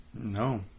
No